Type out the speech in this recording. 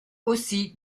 aussi